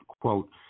quote